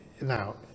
now